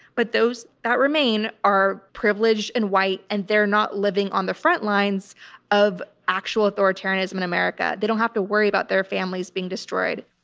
but those that remain are privileged and white and they're not living on the front lines of actual authoritarianism and america. they don't have to worry about their families being destroyed.